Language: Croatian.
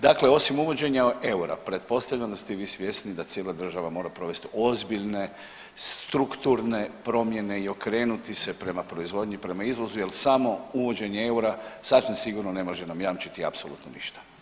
Dakle, osim uvođenja eura pretpostavljam da ste i vi svjesni da cijela država mora provesti ozbiljne strukturne promjene i okrenuti se prema proizvodnji, prema izvozu jer samo uvođenje eura sasvim sigurno ne može nam jamčiti apsolutno ništa.